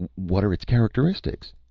what are its characteristics?